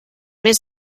més